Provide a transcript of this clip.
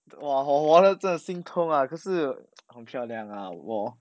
!wah! 我 wallet 真的心痛啊可是很漂亮啦不过